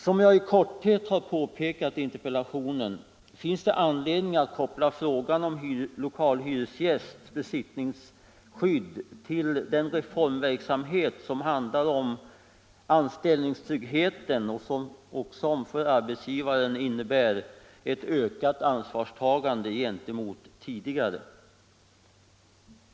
Som jag i korthet har påpekat i interpellationen finns det anledning att koppla frågan om lokalhyresgästs besittningsskydd till den reformverksamhet som handlar om anställningstryggheten och som för arbetsgivaren innebär ett ökat ansvarstagande gentemot tidigare.